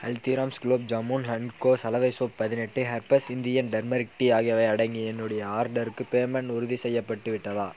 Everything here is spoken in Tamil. ஹல்திராம்ஸ் குலாப் ஜாமுன் ஹென்கோ சலவை சோப் பதினெட்டு ஹெர்ப்பஸ் இந்தியன் டர்மெரிக் டீ ஆகியவை அடங்கிய என்னுடைய ஆர்டருக்கு பேமெண்ட் உறுதி செய்யப்பட்டு விட்டதா